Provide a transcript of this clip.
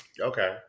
Okay